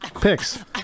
Picks